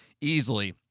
easily